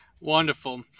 Wonderful